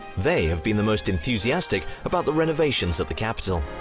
they have been the most enthusiastic about the renovations at the capitol,